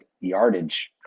yardage